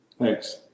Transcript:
Thanks